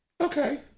Okay